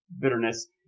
bitterness